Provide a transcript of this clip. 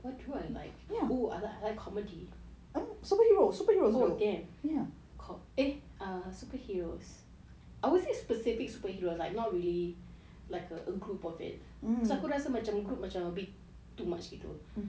what do I like oo I like comedy oh damn eh err superheroes I won't say specific superheroes like not really like a group of it so aku rasa macam group macam a bit too much gitu